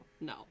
no